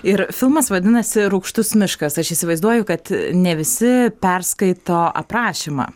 ir filmas vadinasi rūgštus miškas aš įsivaizduoju kad ne visi perskaito aprašymą